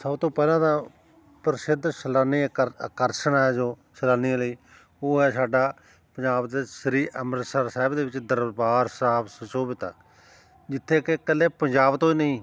ਸਭ ਤੋਂ ਪਹਿਲਾਂ ਤਾਂ ਪ੍ਰਸਿੱਧ ਸੈਲਾਨੀ ਆਕਰ ਅਕਰਸ਼ਨ ਹੈ ਜੋ ਸੈਲਾਨੀਆਂ ਲਈ ਉਹ ਹੈ ਸਾਡਾ ਪੰਜਾਬ ਦੇ ਸ੍ਰੀ ਅੰਮ੍ਰਿਤਸਰ ਸਾਹਿਬ ਦੇ ਵਿੱਚ ਦਰਬਾਰ ਸਾਹਿਬ ਸਸ਼ੋਭਿਤ ਆ ਜਿੱਥੇ ਕਿ ਇਕੱਲੇ ਪੰਜਾਬ ਤੋਂ ਹੀ ਨਹੀਂ